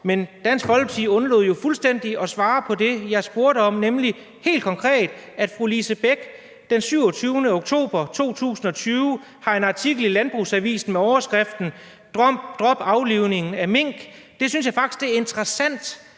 for Dansk Folkeparti undlod fuldstændig at svare på det, jeg spurgte til, nemlig at fru Lise Bech den 27. oktober 2020 har en artikel i Landbrugsavisen med overskriften »Drop aflivning af mink«. Jeg synes faktisk, det er interessant,